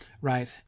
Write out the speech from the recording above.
right